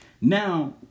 Now